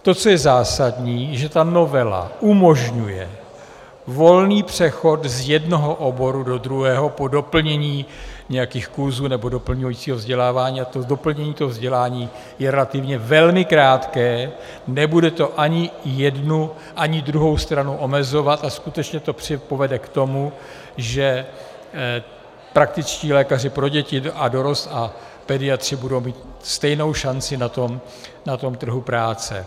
To, co je zásadní, že ta novela umožňuje volný přechod z jednoho oboru do druhého po doplnění nějakých kurzů nebo doplňujícího vzdělávání a to doplnění vzdělání je relativně velmi krátké, nebude to ani jednu, ani druhou stranu omezovat a skutečně to povede k tomu, že praktičtí lékaři pro děti a dorost a pediatři budou mít stejnou šanci na trhu práce.